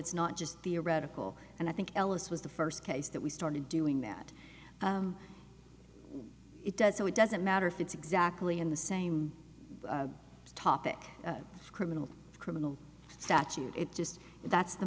it's not just theoretical and i think ellis was the first case that we started doing that it does so it doesn't matter if it's exactly in the same topic criminal criminal statute it's just that's the